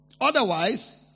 Otherwise